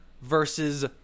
versus